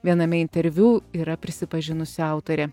viename interviu yra prisipažinusi autorė